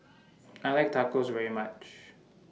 I like Tacos very much